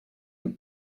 him